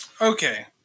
Okay